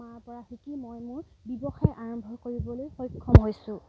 মাৰ পৰা শিকি মই মোৰ ব্যৱসায় আৰম্ভ কৰিবলৈ সক্ষম হৈছোঁ